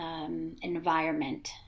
environment